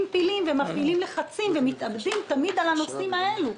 פילים ומפעילים לחצים ו"מתאבדים" תמיד על הנושאים האלו.